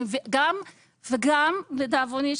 לדאבוני,